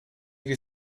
your